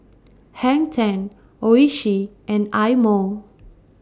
Hang ten Oishi and Eye Mo